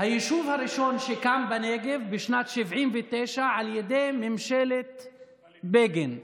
היישוב הראשון קם בנגב בשנת 1979 על ידי ממשלת בגין,